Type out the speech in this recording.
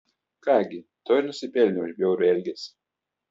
ką gi to ir nusipelnė už bjaurų elgesį